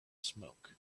smoke